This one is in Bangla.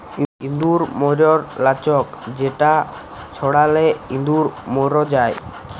ইঁদুর ম্যরর লাচ্ক যেটা ছড়ালে ইঁদুর ম্যর যায়